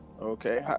okay